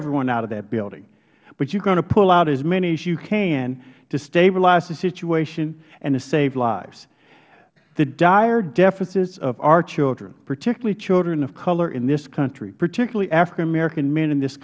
everyone out of that building but you are going to pull out as many as you can to stabilize the situation and to save lives the dire deficits of our children particularly children of color in this country particularly african american men in this